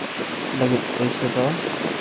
ᱞᱟᱹᱜᱤᱫ ᱯᱩᱭᱥᱟᱹ ᱫᱚ